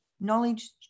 knowledge